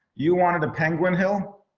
you wanted the penguin hill?